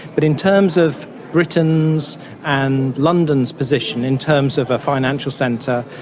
but in terms of britain's and london's position in terms of a financial centre,